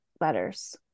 letters